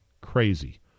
crazy